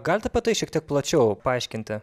galite apie tai šiek tiek plačiau paaiškinti